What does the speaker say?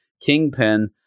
Kingpin